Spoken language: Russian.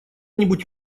нибудь